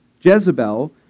Jezebel